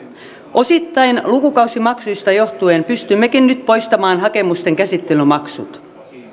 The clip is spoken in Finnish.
osittain lukukausimaksuista johtuen pystymmekin nyt poistamaan hakemusten käsittelymaksut